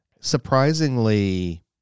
surprisingly